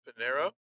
Panero